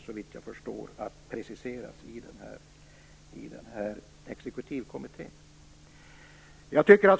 Såvitt jag förstår kommer det att preciseras i exekutivkommittén.